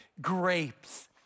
grapes